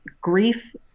grief